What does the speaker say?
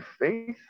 faith